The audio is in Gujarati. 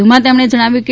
વધુમાં તેમણે જણાવ્યું છે